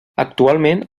actualment